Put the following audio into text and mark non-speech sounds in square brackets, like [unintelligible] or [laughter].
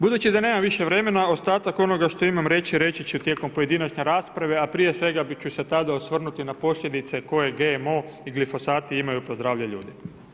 Budući da nemam više vremena ostatak onoga što imam reći, reći ću tijekom pojedinačne rasprave, a prije svega … [unintelligible] osvrnuti na posljedice koje GMO i glifosati ima pozdravlja ljude.